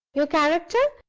your character?